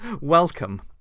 welcome